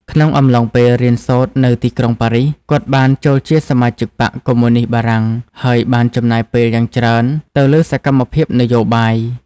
ក្នុងអំឡុងពេលរៀនសូត្រនៅទីក្រុងប៉ារីស គាត់បានចូលជាសមាជិកបក្សកុម្មុនីស្តបារាំង ហើយបានចំណាយពេលយ៉ាងច្រើនទៅលើសកម្មភាពនយោបាយ។